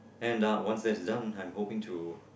and uh once that's done I'm hoping to